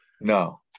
no